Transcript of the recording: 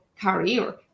career